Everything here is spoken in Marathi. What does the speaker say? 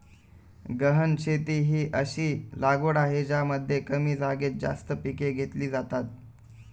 गहन शेती ही अशी लागवड आहे ज्यामध्ये कमी जागेत जास्त पिके घेतली जातात